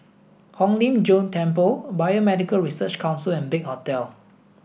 Hong Lim Jiong Temple Biomedical Research Council and Big Hotel